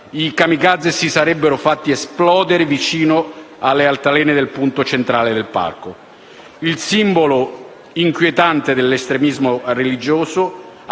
i *kamikaze* si sarebbero fatti esplodere vicino a delle altalene nel punto centrale del parco. Il simbolo inquietante dell'estremismo religioso